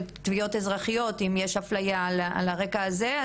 של תביעות אזרחיות אם יש אפליה על הרקע הזה.